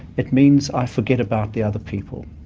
it means i forget about the other people,